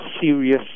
serious